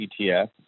ETF